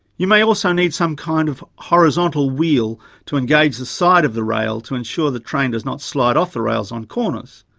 you may also need some kind of horizontal wheel to engage the side of the rail to ensure the train does not slide off the rails on corners.